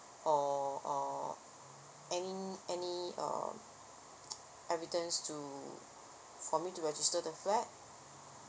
or uh any any uh evidence to for me to register the flat